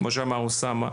כפי שאמר אוסאמה,